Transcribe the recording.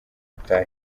gutaha